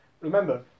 remember